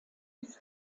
des